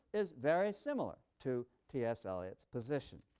is very similar to t s. eliot's position.